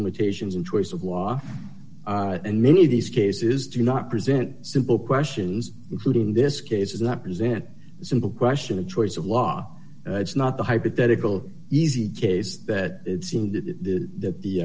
limitations and choice of law and many of these cases do not present simple questions including this case is not present a simple question a choice of law it's not the hypothetical easy case that it seemed that the